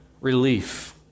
relief